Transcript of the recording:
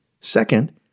Second